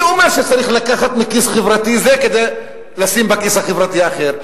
מי אומר שצריך לקחת מכיס חברתי זה כדי לשים בכיס החברתי האחר?